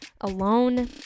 alone